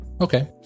Okay